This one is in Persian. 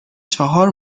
چهار